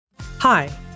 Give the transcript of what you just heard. Hi